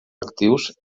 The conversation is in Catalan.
actius